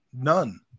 None